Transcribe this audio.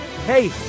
Hey